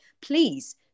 Please